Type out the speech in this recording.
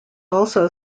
also